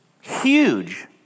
huge